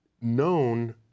known